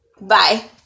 Bye